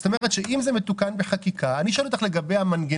זה אומר שאם זה מתוקן בחקיקה אני שואל אותך לגבי המנגנון.